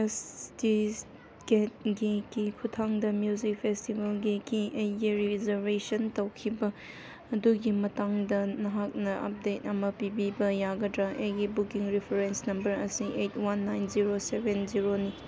justice ꯀꯦꯛꯒꯤ ꯈꯨꯠꯊꯥꯡꯗ music ꯐꯦꯁꯇꯤꯕꯦꯜꯒꯤ ꯀꯤ ꯑꯩꯒꯤ ꯔꯤꯖꯥꯔꯕꯦꯁꯟ ꯇꯧꯈꯤꯕ ꯑꯗꯨꯒꯤ ꯃꯇꯥꯡꯗ ꯅꯍꯥꯛꯅ ꯑꯞꯗꯦꯗ ꯑꯃ ꯄꯤꯕꯤꯕ ꯌꯥꯒꯗ꯭ꯔꯥ ꯑꯩꯒꯤ ꯕꯨꯛꯀꯤꯡ ꯔꯤꯐ꯭ꯔꯦꯟꯁ ꯅꯝꯕꯔ ꯑꯁꯤ eight one nine zero seven ꯖꯤꯔꯣꯅꯤ